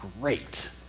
great